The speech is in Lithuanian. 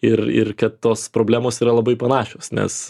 ir ir kad tos problemos yra labai panašios nes